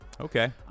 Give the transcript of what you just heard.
Okay